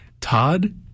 Todd